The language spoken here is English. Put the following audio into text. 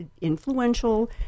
influential